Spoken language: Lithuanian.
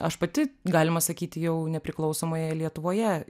aš pati galima sakyti jau nepriklausomoje lietuvoje